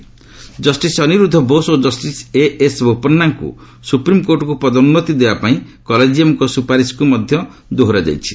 add SC collegium justice Aniruddha Bose ଓ justice ଏଏସ୍ବୋପନ୍ନାଙ୍କୁ ସୁପ୍ରିମକୋର୍ଟକୁ ପଦୋନ୍ନତି ଦେବା ପାଇଁ କଲେଜିୟମଙ୍କ ସୁପାରିଶକୁ ମଧ୍ୟ ଦୋହରାଯାଇଛି